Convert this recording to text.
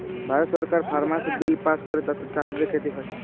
ভারত সরকার farmers bill pass ক্যরে তাতে চাষীদের খ্তি হ্যয়